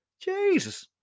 Jesus